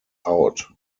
out